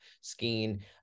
skiing